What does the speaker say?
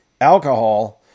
alcohol